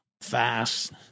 fast